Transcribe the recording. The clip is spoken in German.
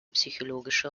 psychologische